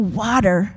water